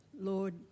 lord